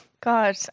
god